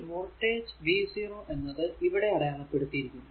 ഈ വോൾടേജ് v0എന്നത് ഇവിടെ അടയാളപ്പെടുത്തിയിരിക്കുന്നു